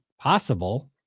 possible